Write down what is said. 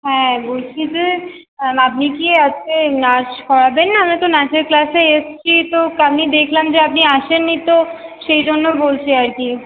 হ্যাঁ বলছি যে আপনি কি আজকে নাচ করাবেন না আমরা তো নাচের ক্লাসে এসেছি তো আমি দেখলাম যে আপনি আসেননি তো সেই জন্য বলছি আর কি